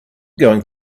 going